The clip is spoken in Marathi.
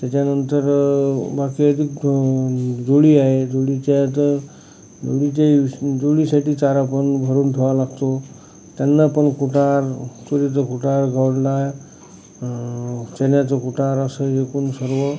त्याच्यानंतर वाटेत जुळी आहे जुळलीच्यात म्हणजे जुळलीसाठी चारा पण भरून ठेवावं लागतो त्यांना पण कुटार तुरीचं कुटार चण्याचं कुटार असं एकूण सर्व